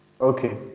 okay